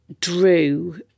drew